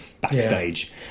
backstage